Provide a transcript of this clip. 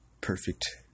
perfect